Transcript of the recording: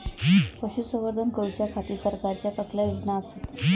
पशुसंवर्धन करूच्या खाती सरकारच्या कसल्या योजना आसत?